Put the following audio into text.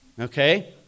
okay